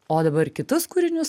o dabar kitus kūrinius